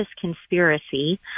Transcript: conspiracy